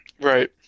Right